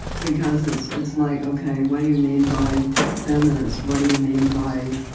because, it's it's like ok, what do you mean by feminist? what do you mean by.